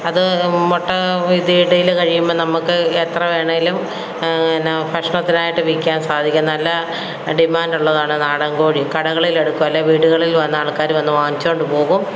അത് മുട്ട മെതീടീല് കഴിയുമ്പോള് നമുക്ക് എത്ര വേണേലും പിന്നെ ഭക്ഷണത്തിനായിട്ട് വില്ക്കാൻ സാധിക്കും നല്ല ഡിമാൻറ്റുള്ളതാണ് നാടൻ കോഴി കടകളിലെടുക്കും അല്ലെങ്കില് വീടുകളില് വന്നാൾക്കാര് വന്ന് വാങ്ങിച്ചുകൊണ്ടുപോകും